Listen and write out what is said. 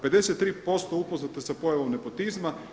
53% upoznato je sa pojavom nepotizma.